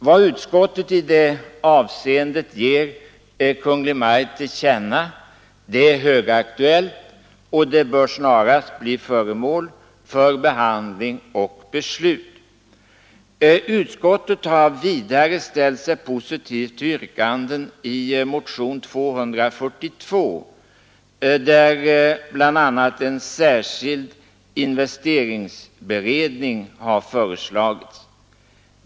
Vad utskottet i det avseendet ger Kungl. Maj:t till känna är högaktuellt och bör snarast bli föremål för behandling och beslut. Utskottet har vidare investeringsberedning har föreslagits.